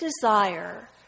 desire